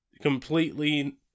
completely